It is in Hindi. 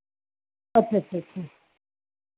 अच्छा अच्छा अच्छा